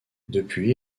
depuis